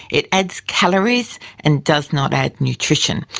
it adds calories and does not add nutrition.